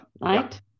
right